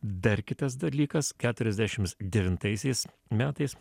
dar kitas dalykas keturiasdešimt devintaisiais metais